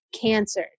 cancer